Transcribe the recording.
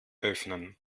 öffnen